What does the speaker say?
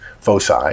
foci